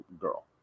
girl